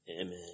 Amen